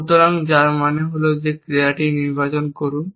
সুতরাং যার মানে হল যে ক্রিয়াটি নির্বাচন করুন